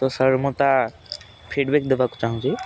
ତ ସାର୍ ମୁଁ ତା ଫିଡ଼ବ୍ୟାକ ଦେବାକୁ ଚାଁହୁଛି